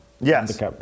Yes